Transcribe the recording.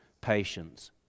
patience